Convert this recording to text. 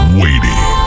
waiting